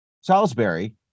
Salisbury